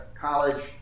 College